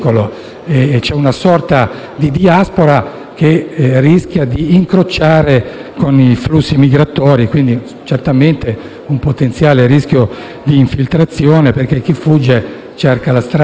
c'è una sorta di diaspora che rischia di incrociare i flussi migratori. Quindi certamente c'è un potenziale rischio di infiltrazione, perché chi fugge cerca la strada più